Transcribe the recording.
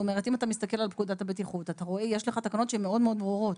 אם אתה מסתכל על פקודת הבטיחות אתה רואה שיש תקנות מאוד-מאוד ברורות.